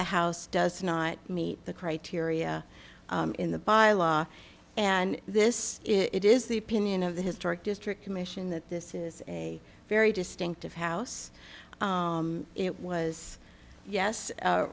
the house does not meet the criteria in the bylaw and this it is the opinion of the historic district commission that this is a very distinctive house it was yes